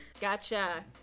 Gotcha